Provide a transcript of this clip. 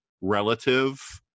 relative